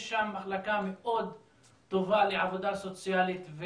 יש שם מחלקה מאוד טובה לעבודה סוציאלית.